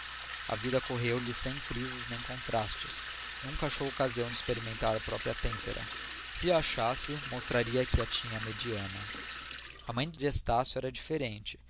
a vida correu-lhe sem crises nem contrastes nunca achou ocasião de experimentar a própria têmpera se a achasse mostraria que a tinha mediana a mãe de estácio era diferente